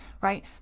Right